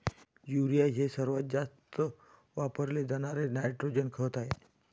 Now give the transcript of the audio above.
urea हे सर्वात जास्त वापरले जाणारे नायट्रोजन खत आहे